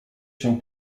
się